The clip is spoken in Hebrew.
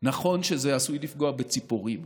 ונכון שזה עשוי לפגוע בציפורים.